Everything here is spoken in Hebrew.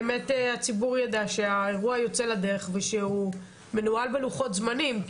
שהציבור ידע שהאירוע יוצא לדרך ושהוא מנוהל בלוחות זמנים.